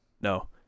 No